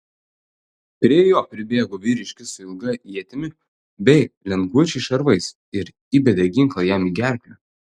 prie jo pribėgo vyriškis su ilga ietimi bei lengvučiais šarvais ir įbedė ginklą jam į gerklę